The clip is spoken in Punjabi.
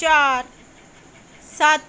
ਚਾਰ ਸੱਤ